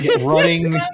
Running